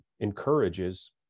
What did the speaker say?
encourages